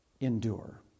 endure